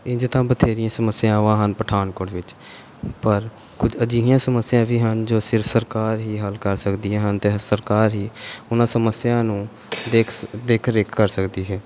ਇੰਝ ਤਾਂ ਬਥੇਰੀਆਂ ਸਮੱਸਿਆਵਾਂ ਹਨ ਪਠਾਨਕੋਟ ਵਿੱਚ ਪਰ ਕੁਝ ਅਜਿਹੀਆਂ ਸਮੱਸਿਆ ਵੀ ਹਨ ਜੋ ਸਿਰਫ ਸਰਕਾਰ ਹੀ ਹੱਲ ਕਰ ਸਕਦੀਆਂ ਹਨ ਅਤੇ ਸਰਕਾਰ ਹੀ ਉਹਨਾਂ ਸਮੱਸਿਆ ਨੂੰ ਦੇਖ ਦੇਖਰੇਖ ਕਰ ਸਕਦੀ ਹੈ